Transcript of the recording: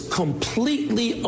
completely